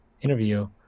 interview